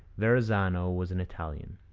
verrazano was an italian.